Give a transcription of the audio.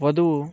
వధువు